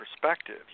perspective